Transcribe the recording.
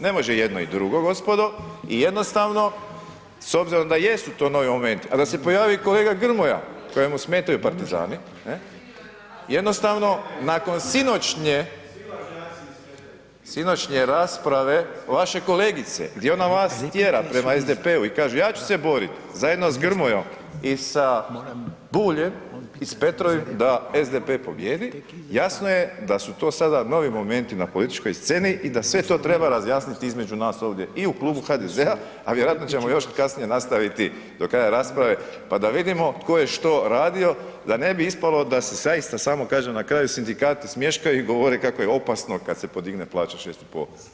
Ne može jedno i drugo gospodo i jednostavno s obzirom da jesu to novi momenti, a da se pojavi i kolega Grmoja kojemu smetaju partizani, ne, jednostavno, nakon sinoćnje rasprave, vaše kolegice, gdje ona vas tjera prema SDP-u i kaže ja ću se boriti zajedno s Grmojom i sa Buljem i s Petrovom da SDP pobijedi, jasno je da su sada to novi momenti na političkoj sceni i da sve to treba razjasniti između nas ovdje i u Klubu HDZ-a, a vjerojatno ćemo još kasnije nastaviti do kraja rasprave pa da vidimo tko je što radio, da ne bi ispalo da se zaista samo, kažem, na kraju sindikati smješkaju i govore kako je opasno kad se podigne plaća 6,5%